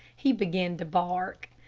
he began to bark.